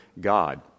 God